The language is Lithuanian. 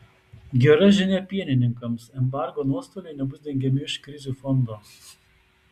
gera žinia pienininkams embargo nuostoliai nebus dengiami iš krizių fondo